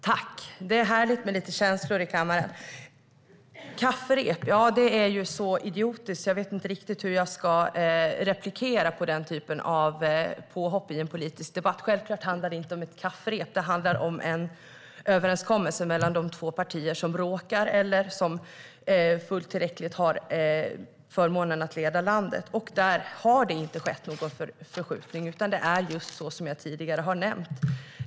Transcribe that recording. Herr talman! Det är härligt med känslor i kammaren. Det har inte skett någon förskjutning, utan det är just så som jag tidigare nämnde.